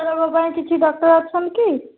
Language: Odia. ପେଟ ରୋଗ ପାଇଁ କିଛି ଡକ୍ଟର ଅଛନ୍ତି